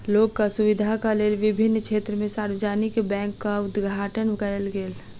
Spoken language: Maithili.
लोकक सुविधाक लेल विभिन्न क्षेत्र में सार्वजानिक बैंकक उद्घाटन कयल गेल